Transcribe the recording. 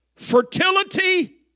Fertility